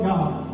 God